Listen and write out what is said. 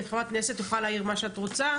כי את חברת כנסת אז את יכולה להעיר מה שאת רוצה,